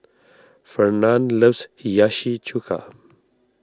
Fernand loves Hiyashi Chuka